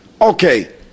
Okay